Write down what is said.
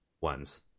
ones